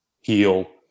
heal